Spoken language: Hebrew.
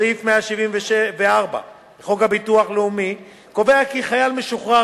סעיף 174 לחוק הביטוח הלאומי קובע כי חייל משוחרר